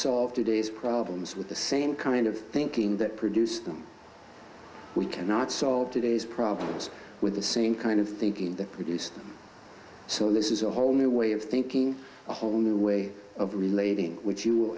solve today's problems with the same kind of thinking that produced them we cannot solve today's problems with the same kind of thinking that we use so this is a whole new way of thinking a whole new way of relating which you will